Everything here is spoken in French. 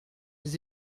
les